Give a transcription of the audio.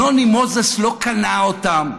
נוני מוזס לא קנה אותם,